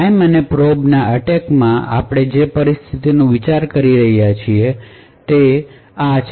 prime અને probe ના attack માં આપણે જે પરિસ્થિતિનો વિચાર કરી રહ્યા છીએ તે આ અથવા આ છે